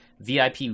vip